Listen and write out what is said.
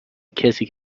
کسی